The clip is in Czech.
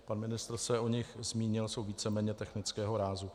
Pan ministr se o nich zmínil, jsou víceméně technického rázu.